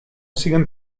siguen